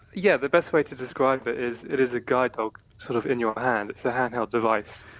yeah, the best way to describe it is it is a guide dog sort of in your hand, it's a handheld device.